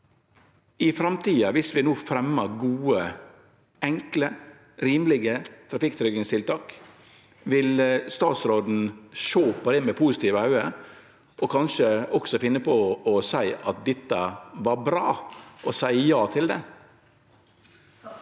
I framtida, viss vi no fremjar gode, enkle, rimelege trafikktryggingstiltak, vil statsråden sjå på det med positive auge og kanskje også finne på å seie at dette var bra, og seie ja til det?